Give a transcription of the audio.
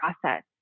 process